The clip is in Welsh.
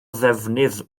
ddefnydd